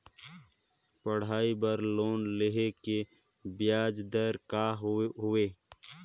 पढ़ाई बर लोन लेहे के ब्याज दर का हवे?